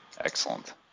Excellent